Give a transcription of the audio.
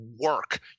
work